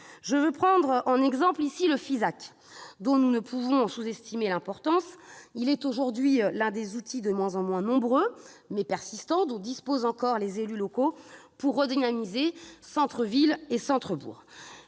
et le commerce, le Fisac, dont nous ne pouvons pas sous-estimer l'importance. C'est aujourd'hui l'un des outils, de moins en moins nombreux, mais persistants, dont disposent encore les élus locaux pour redynamiser centres-villes et centres-bourgs.